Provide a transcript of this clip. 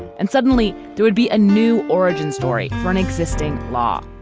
and suddenly there would be a new origin story for an existing law